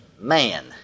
man